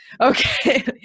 Okay